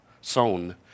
sown